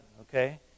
okay